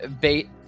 Bait